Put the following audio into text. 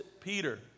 Peter